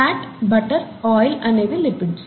fat butter oil అనేవి lipids